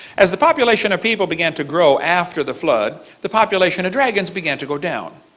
as the population of people began to grow, after the flood, the population of dragons began to go down.